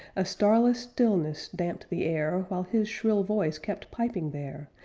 a starless stillness damped the air, while his shrill voice kept piping there,